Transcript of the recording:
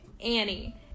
annie